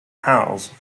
house